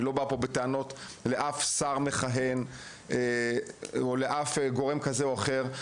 אני לא בא בטענות לאף שר מכהן או לאף גורם כזה או אחר.